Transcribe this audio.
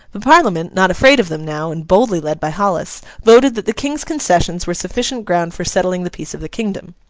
the parliament, not afraid of them now, and boldly led by hollis, voted that the king's concessions were sufficient ground for settling the peace of the kingdom.